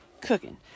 cooking